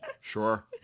Sure